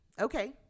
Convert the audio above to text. Okay